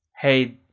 hey